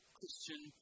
Christian